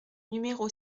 numéro